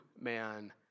man